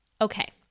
okay